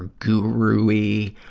and guru-ey,